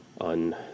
on